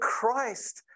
Christ